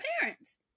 parents